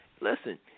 Listen